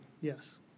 Yes